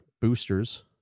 boosters